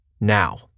now